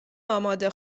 آماده